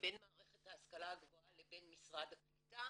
בין מערכת ההשכלה הגבוהה לבין משרד הקליטה,